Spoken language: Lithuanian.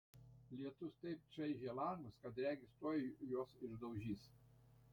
lietus taip čaižė langus kad regis tuoj juos išdaužys